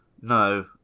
No